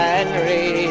Henry